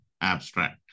abstract